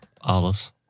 Olives